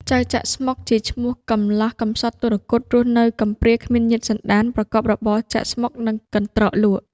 ចៅ ចាក់ស្មុគ ជាឈ្មោះកំលោះកំសត់ទុគ៌ត រស់នៅកំព្រាគ្មានញាតិសន្តាន ប្រកបរបរ ចាក់ស្មុគនិងកន្ត្រកលក់។